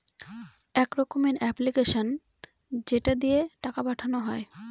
এক রকমের এপ্লিকেশান যেটা দিয়ে টাকা পাঠানো হয়